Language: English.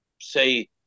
say